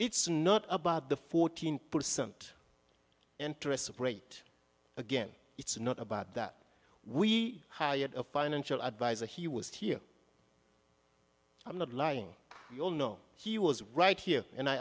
it's not about the fourteen percent interest rate again it's not about that we hired a financial adviser he was here i'm not lying we all know he was right here and i